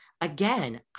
again